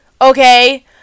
Okay